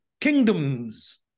kingdoms